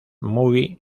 movie